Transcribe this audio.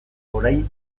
orain